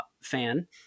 fan